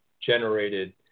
generated